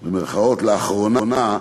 לאחרונה,